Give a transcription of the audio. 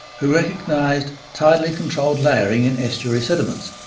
who recognised tidally controlled layering in estuary sediments,